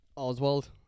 Oswald